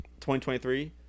2023